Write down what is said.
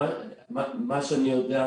מה שאני יודע,